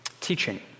teaching